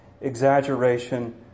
exaggeration